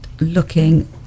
looking